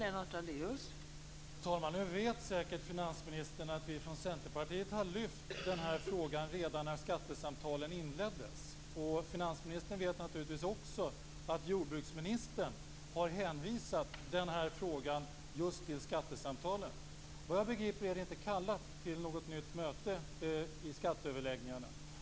Fru talman! Nu vet säkert finansministern att vi i Centerpartiet har lyft fram den här frågan redan när skattesamtalen inleddes. Finansministern vet naturligtvis också att jordbruksministern har hänvisat den här frågan just till skattesamtalen. Vad jag begriper är det inte kallat till något nytt möte i skatteöverläggningarna.